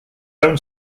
own